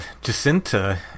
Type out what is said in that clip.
Jacinta